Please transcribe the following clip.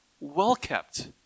well-kept